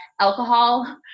alcohol